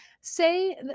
say